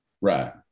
Right